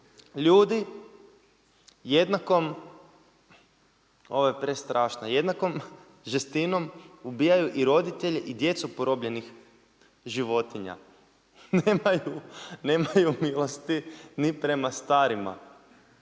jednakom žestinom ubijaju i roditelje i djecu porobljenih životinja. Nemaju milosti ni prema starima.